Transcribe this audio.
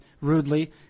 rudely